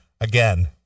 again